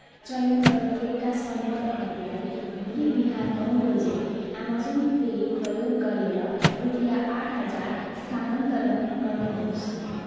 चयन गरिएका सम्पर्कहरूलाई भोलि बिहान नौ बजे एमाजन पे प्रयोग गरेर रुपियाँ आठ हजार स्थानान्तरण गर्नु होस्